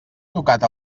tocat